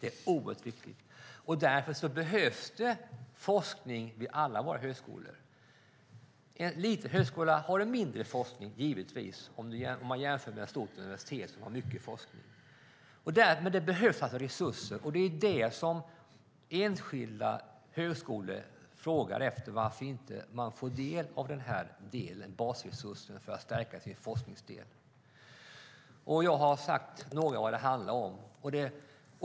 Det är oerhört viktigt. Därför behövs det forskning vid alla våra högskolor. En liten högskola har givetvis mindre forskning än ett stort universitet, men det behövs resurser. Det är det som enskilda högskolor frågar efter. De frågar varför de inte får del av basresurserna för att stärka sin forskningsdel. Jag har sagt några vad det handlar om.